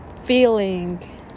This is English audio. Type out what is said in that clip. feeling